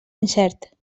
incert